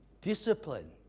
discipline